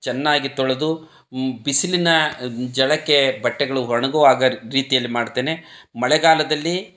ಚೆನ್ನಾಗಿ ತೊಳೆದು ಬಿಸಿಲಿನ ಝಳಕ್ಕೆ ಬಟ್ಟೆಗಳು ಒಣಗುವಾಗೆ ರೀತಿಯಲ್ಲಿ ಮಾಡ್ತೇನೆ ಮಳೆಗಾಲದಲ್ಲಿ